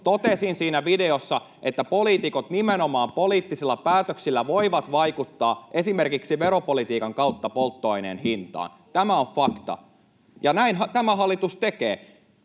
Totesin siinä videossa, että poliitikot nimenomaan poliittisilla päätöksillä voivat vaikuttaa esimerkiksi veropolitiikan kautta polttoaineen hintaan. Tämä on fakta, ja näinhän tämä hallitus tekee.